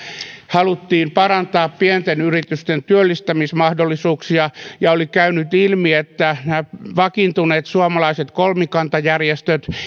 haluttiin parantaa pienten yritysten työllistämismahdollisuuksia ja oli käynyt ilmi että vakiintuneet suomalaiset kolmikantajärjestöt